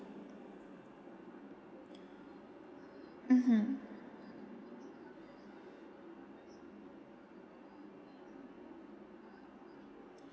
mmhmm